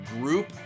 Group